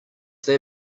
they